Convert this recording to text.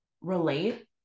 relate